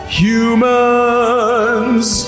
humans